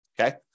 okay